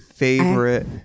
favorite